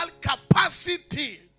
capacity